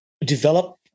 develop